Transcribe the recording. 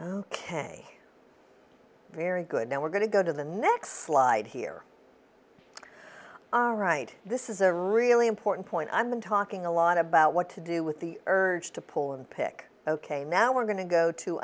a very good now we're going to go to the next slide here all right this is a really important point i'm talking a lot about what to do with the urge to pull and pick ok now we're going to go to